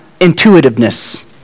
intuitiveness